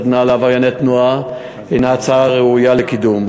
סדנה לעברייני תנועה הנה הצעה ראויה לקידום.